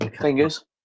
Fingers